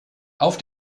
auf